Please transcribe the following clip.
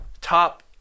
top